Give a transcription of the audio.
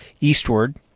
eastward